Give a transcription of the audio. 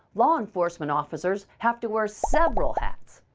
law enforcement officers have to wear several hats.